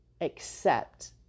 accept